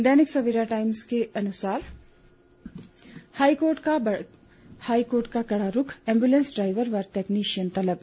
दैनिक Savera Times के अनुसार high court का कड़ा रूख एंबुलेंस ड्राइवर व तकनीशियन तलब